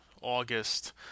August